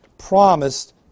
promised